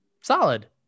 Solid